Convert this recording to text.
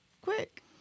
quick